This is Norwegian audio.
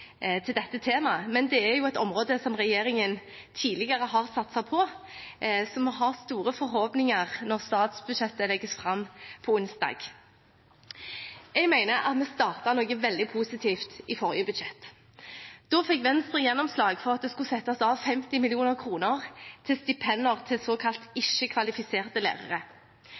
til dette temaet, men det er et område som regjeringen har satset på tidligere, så vi har store forhåpninger når statsbudsjettet legges fram onsdag. Jeg mener at vi startet noe veldig positivt i forrige budsjett. Da fikk Venstre gjennomslag for at det skulle settes av 50 mill. kr til stipender til såkalt